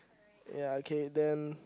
ya okay then